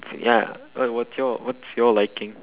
so ya what what's your what's your liking